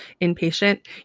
inpatient